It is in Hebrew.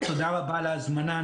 שלום, תודה רבה על ההזמנה.